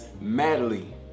madly